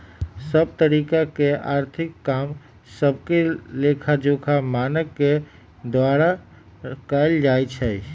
सभ तरिका के आर्थिक काम सभके लेखाजोखा मानक के द्वारा कएल जाइ छइ